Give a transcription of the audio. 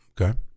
Okay